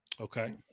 Okay